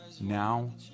now